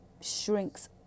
shrinks